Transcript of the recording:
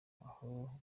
aho